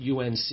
UNC